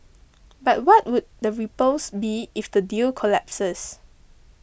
but what would the ripples be if the deal collapses